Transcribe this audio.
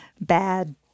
bad